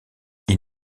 ils